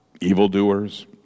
evildoers